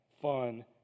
fun